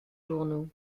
journaux